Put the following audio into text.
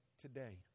today